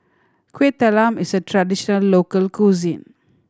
Kueh Talam is a traditional local cuisine